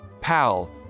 Pal